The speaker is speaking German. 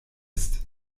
ist